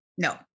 No